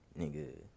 nigga